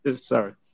sorry